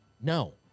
No